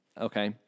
okay